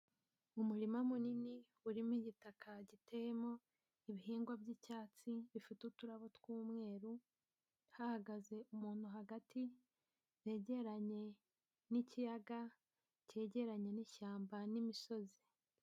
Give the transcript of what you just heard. Umurima munini urimo igitaka giteyemo ibihingwa by'icyatsi, bifite uturabo tw'umweru, hahagaze umuntu hagati, yegeranye n'ikiyaga kegeranye n'ishyamba n'imisozi.